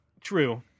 True